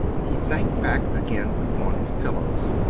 he sank back again upon his pillows,